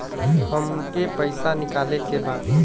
हमके पैसा निकाले के बा